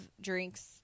Drinks